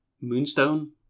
Moonstone